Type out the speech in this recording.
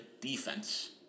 defense